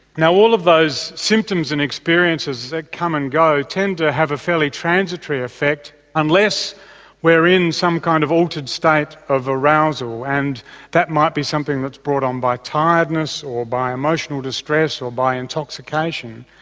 now all of those symptoms and experiences that come and go tend to have a fairly transitory effect unless we're in some kind of altered state of arousal and that might be something that's brought on by tiredness, or by emotional distress, or by intoxication.